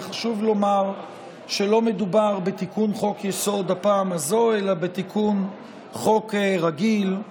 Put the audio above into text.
וחשוב לומר שלא מדובר בתיקון חוק-יסוד הפעם הזו אלא בתיקון חוק רגיל,